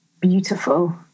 beautiful